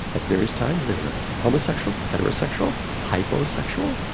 at various times they were homosexual, heterosexual, hyposexual,